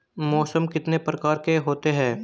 मौसम कितने प्रकार के होते हैं?